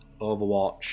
Overwatch